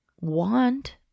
want